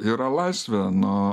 yra laisvė nu